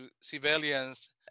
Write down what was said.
civilians